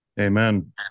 Amen